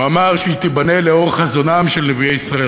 הוא אמר שהיא תיבנה לאור חזונם של נביאי ישראל,